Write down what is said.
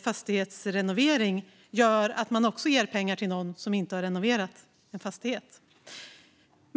fastighetsrenovering, gör att pengar ges till någon som inte har renoverat en fastighet.